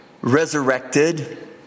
resurrected